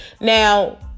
Now